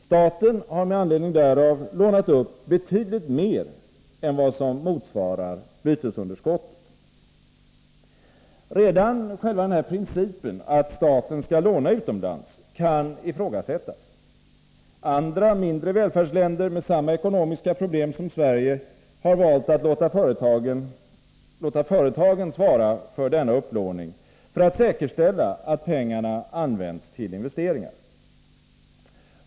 Staten har med anledning därav lånat upp betydligt mer än vad som motsvarar bytesunderskottet. Redan själva denna princip att staten skall låna utomlands kan ifrågasättas. Andra mindre välfärdsländer med samma ekonomiska problem som Sverige har valt att låta företagen svara för denna upplåning för att säkerställa att pengarna används till investeringar.